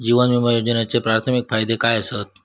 जीवन विमा योजनेचे प्राथमिक फायदे काय आसत?